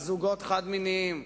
על זוגות חד-מיניים,